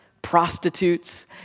prostitutes